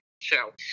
show